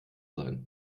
sein